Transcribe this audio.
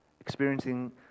experiencing